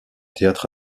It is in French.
théâtre